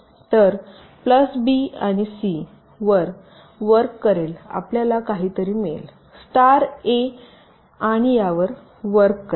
तर plus B आणि C वर वर्क करेल आपल्याला काहीतरी मिळेल स्टार अ आणि यावर वर्क करेल